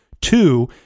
two